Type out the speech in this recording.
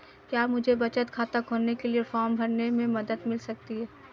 क्या मुझे बचत खाता खोलने के लिए फॉर्म भरने में मदद मिल सकती है?